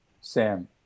Sam